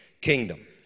kingdom